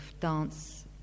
dance